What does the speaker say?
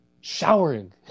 showering